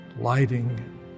lighting